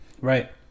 right